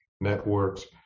networks